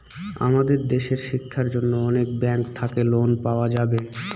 আমাদের দেশের শিক্ষার জন্য অনেক ব্যাঙ্ক থাকে লোন পাওয়া যাবে